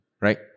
right